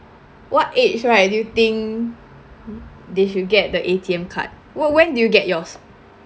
what age right do you think did you get the A_T_M card wh~ when did you get yours